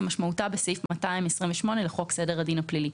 כמשמעותה בסעיף 228 לחוק סדר הדין הפלילי.